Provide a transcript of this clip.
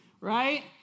right